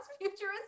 futuristic